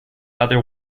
other